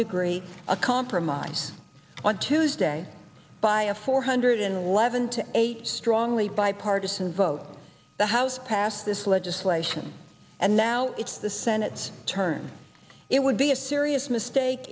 degree a compromise on tuesday by a four hundred unleavened to eight strongly bipartisan vote the house passed this legislation and now it's the senate's turn it would be a serious mistake